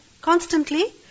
constantly